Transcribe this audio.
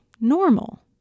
normal